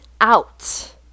out